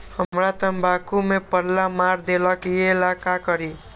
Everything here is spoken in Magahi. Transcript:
हमरा तंबाकू में पल्ला मार देलक ये ला का करी?